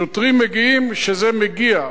שוטרים מגיעים כשזה מגיע.